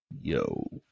yo